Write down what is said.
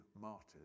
martyrs